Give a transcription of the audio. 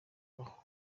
aho